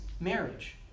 marriage